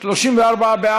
של חברי הכנסת אוסאמה סעדי,